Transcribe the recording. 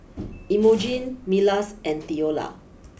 Imogene Milas and Theola